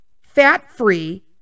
fat-free